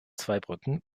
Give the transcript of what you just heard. zweibrücken